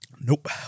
Nope